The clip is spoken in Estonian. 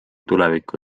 tuleviku